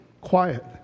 quiet